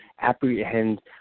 apprehend